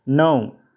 णव